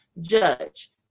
judge